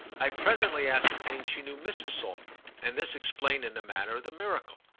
i presently ascertained she knew mrs. saltram, and this explained in a manner the miracle.